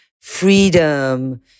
freedom